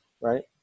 right